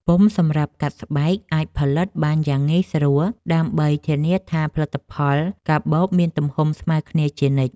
ពុម្ពសម្រាប់កាត់ស្បែកអាចផលិតបានយ៉ាងងាយស្រួលដើម្បីធានាថាផលិតផលកាបូបមានទំហំស្មើគ្នាជានិច្ច។